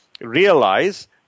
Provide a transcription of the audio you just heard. realize